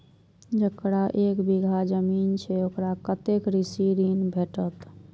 जकरा एक बिघा जमीन छै औकरा कतेक कृषि ऋण भेटत?